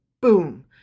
Boom